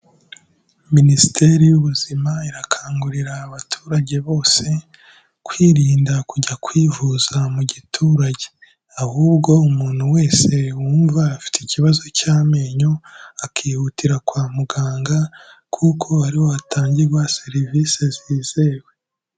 Minisiteri y'ubuzima, irakangurira abaturage bose, kwirinda kujya kwivuza mu giturage, ahubwo umuntu wese wumva afite ikibazo cy'amenyo, akihutira kwa muganga, kuko ariho hatangirwa, serivise zizewe.